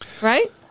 right